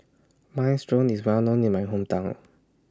Minestrone IS Well known in My Hometown